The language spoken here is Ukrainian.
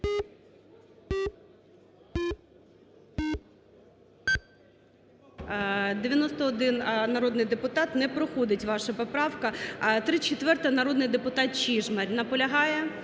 91 народний депутат, не проходить ваша поправка. 34-а, народний депутат Чижмарь. Наполягає?